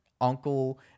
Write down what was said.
uncle